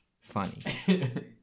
funny